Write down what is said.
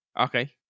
okay